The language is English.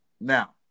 Now